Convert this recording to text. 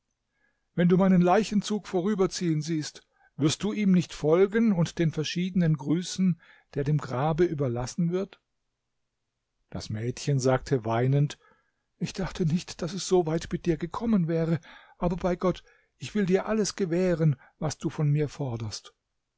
wenn du meinen leichenzug vorüberziehen siehst wirst du ihm nicht folgen und den verschiedenen grüßen der dem grabe überlassen wird das mädchen sagte weinend ich dachte nicht daß es so weit mit dir gekommen wäre aber bei gott ich will dir alles gewähren was du von mir forderst